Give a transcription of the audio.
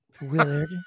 Willard